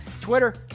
twitter